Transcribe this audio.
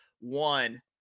one